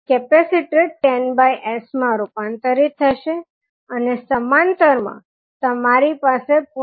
capacitor 10s માં રૂપાંતરિત થશે અને સમાંતરમા તમારી પાસે 0